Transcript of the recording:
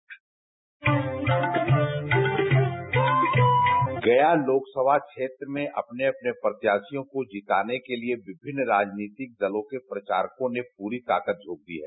sound bite Gaya लोक समा क्षेत्र में अपने अपने प्रत्याशियों को जिताने के लिए विमिन्न राजनीति दलों के प्रचारकों ने पूरी ताकत झॉक दी है